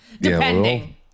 Depending